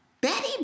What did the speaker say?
Betty